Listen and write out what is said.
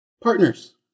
Partners